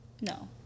No